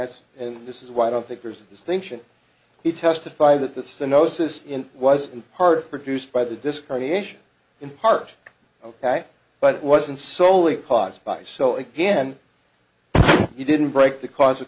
that's and this is why i don't think there's a distinction he testified that that's the gnosis in was in part produced by the discrimination in part ok but it wasn't solely caused by so again he didn't break the caus